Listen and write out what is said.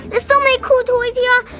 there's so many cool toys here,